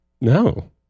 No